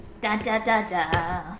Da-da-da-da